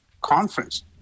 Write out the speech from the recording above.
conference